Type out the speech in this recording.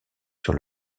sur